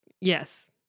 Yes